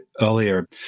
earlier